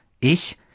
ich